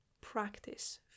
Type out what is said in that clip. practice